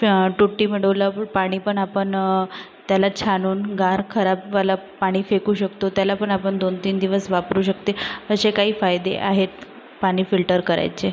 टुट्टी बुडवल्यावर पाणी पण आपण त्याला छानून गार खराबवालं पाणी फेकू शकतो त्यालापण आपण दोन तीन दिवस वापरू शकते असे काही फायदे आहेत पाणी फिल्टर करायचे